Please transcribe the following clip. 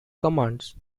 commands